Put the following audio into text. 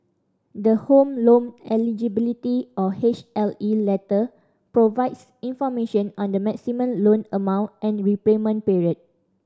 the Home Loan Eligibility or H L E letter provides information on the maximum loan amount and repayment period